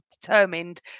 determined